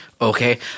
Okay